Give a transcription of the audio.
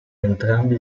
entrambi